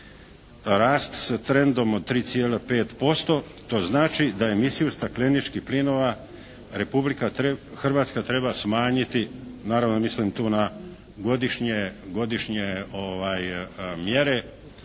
rast sa trendom od 3,3% to znači da emisiju stakleničkih plinova Republika Hrvatska treba smanjiti, naravno mislim tu na godišnje mjere